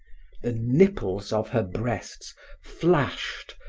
the nipples of her breasts flashed,